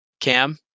Cam